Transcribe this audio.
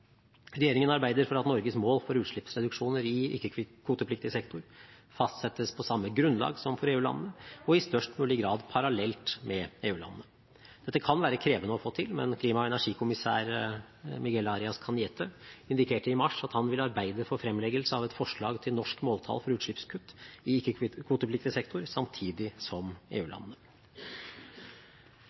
Regjeringen arbeider for at Norges mål for utslippsreduksjoner i ikke-kvotepliktig sektor fastsettes på samme grunnlag som for EU-landene, og i størst mulig grad parallelt med EU-landene. Dette kan være krevende å få til, men klima- og energikommissær Miguel Arias Cañete indikerte i mars at han vil arbeide for fremleggelse av et forslag til norsk måltall for utslippskutt i ikke-kvotepliktig sektor samtidig som